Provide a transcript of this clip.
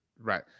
right